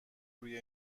روی